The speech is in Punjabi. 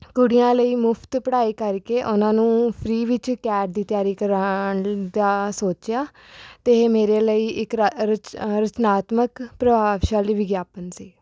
ਕੁੜੀਆਂ ਲਈ ਮੁਫ਼ਤ ਪੜ੍ਹਾਈ ਕਰਕੇ ਉਹਨਾਂ ਨੂੰ ਫ੍ਰੀ ਵਿੱਚ ਕੈਟ ਦੀ ਤਿਆਰੀ ਕਰਵਾਉਣ ਦਾ ਸੋਚਿਆ ਅਤੇ ਇਹ ਮੇਰੇ ਲਈ ਇੱਕ ਰਾ ਰਚ ਰਚਨਾਤਮਕ ਪ੍ਰਭਾਵਸ਼ਾਲੀ ਵਿਗਿਆਪਨ ਸੀ